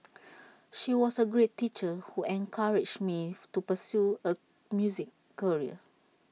she was A great teacher who encouraged me to pursue A music career